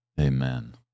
Amen